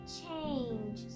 change